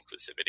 inclusivity